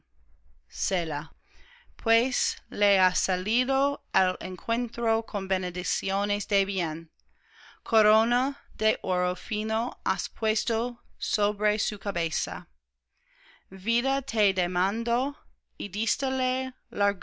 pronunciaron selah pues le has salido al encuentro con bendiciones de bien corona de oro fino has puesto sobre su cabeza vida te demandó